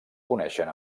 coneixen